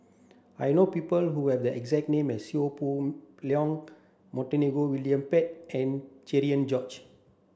I know people who have the exact name as Seow Poh Leng Montague William Pett and Cherian George